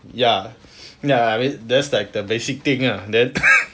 ya ya that's like the basic thing ah then